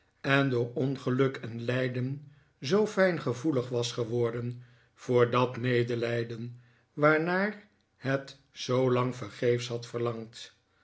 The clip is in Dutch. en door ongeluk en lijden zoo fijngevoelig was geworden voor dat medelijden waarnaar het zoolang vergeefs had verlangd